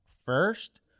First